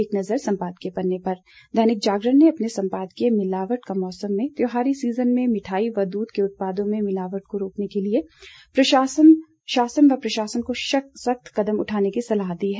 एक नज़र सम्पादकीय पन्ने पर दैनिक जागरण ने अपने संपादकीय मिलावट का मौसम में त्योहारी सीजन में मिठाई व दूध के उत्पादों में मिलावट रोकने के लिए शासन प्रशासन को सख्त कदम उठाने की सलाह दी है